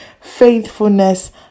faithfulness